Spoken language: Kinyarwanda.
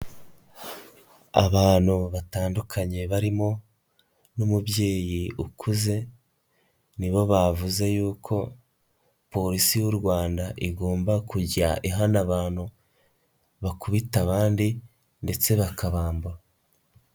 Abantu batandukanye barimo n'umubyeyi ukuze ni bo bavuze yuko Polisi y'u Rwanda igomba kujya ihana abantu bakubita abandi ndetse bakabambura.